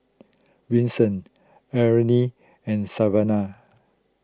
Wilson Arnett and Savana